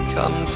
Come